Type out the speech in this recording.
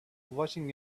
watching